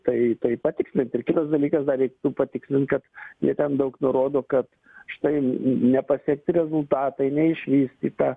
tai tai patikslint ir kitas dalykas dar reiktų patikslint kad jie ten daug nurodo kad štai nepasiekti rezultatai neišvystyta